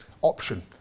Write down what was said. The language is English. option